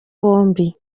bombi